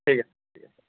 ঠিক আছে ঠিক আছে